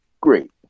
great